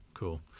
Cool